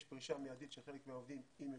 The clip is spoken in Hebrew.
יש פרישה מיידית של חלק מהעובדים אם ירצו,